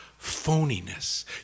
phoniness